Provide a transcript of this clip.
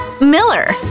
Miller